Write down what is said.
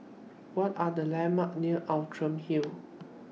What Are The landmarks near Outram Hill